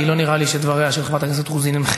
אלה גיבורים שמהללים?